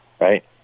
right